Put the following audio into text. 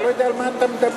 אתה לא יודע על מה אתה מדבר.